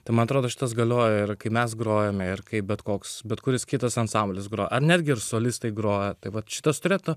tai man atrodo šitas galioja ir kai mes grojome ir kaip bet koks bet kuris kitas ansamblis gro ar netgi ir solistai groja tai vat šitas turėtų